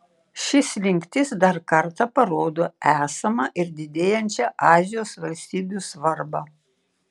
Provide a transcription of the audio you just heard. ši slinktis dar kartą parodo esamą ir didėjančią azijos valstybių svarbą